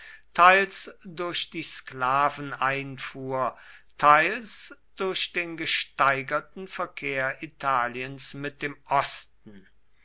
teils durch die sklaveneinfuhr teils durch den gesteigerten verkehr italiens mit dem osten